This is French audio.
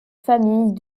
familles